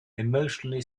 emotionally